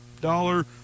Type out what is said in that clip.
dollar